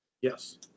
Yes